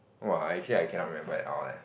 !wah! actually I cannot remember at all leh